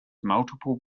multiple